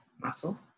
muscle